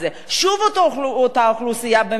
שוב אותה אוכלוסייה במצוקה,